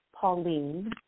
Pauline